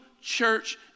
church